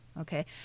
Okay